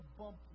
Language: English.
bump